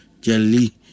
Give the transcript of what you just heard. jelly